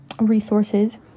resources